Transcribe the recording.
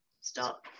stop